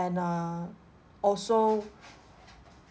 and uh also